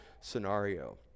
scenario